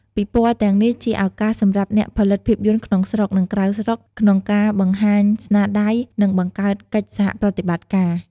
ពិព័រណ៍ទាំងនេះជាឱកាសសម្រាប់អ្នកផលិតភាពយន្តក្នុងស្រុក និងក្រៅស្រុកក្នុងការបង្ហាញស្នាដៃ និងបង្កើតកិច្ចសហប្រតិបត្តិការ។